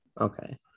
Okay